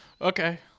Okay